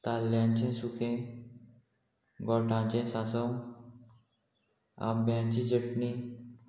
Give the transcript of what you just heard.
ताल्ल्यांचें सुकें गोठांचें सांसव आंब्यांची चटणी